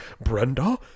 Brenda